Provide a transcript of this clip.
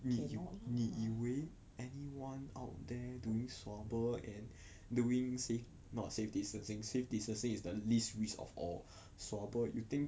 你你以为 anyone out there doing swabber and doing safe not safe distancing safe distancing is the least risk of all swabber you think